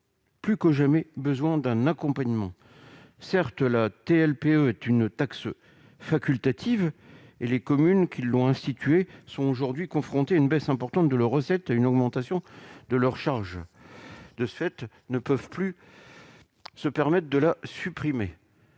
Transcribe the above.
plus que jamais besoin d'un accompagnement certes la TLPE est une taxe facultative et les communes qui l'ont institué sont aujourd'hui confrontées à une baisse importante de leurs recettes : une augmentation de leurs charges de ce fait, ne peuvent plus se permettent de la supprimer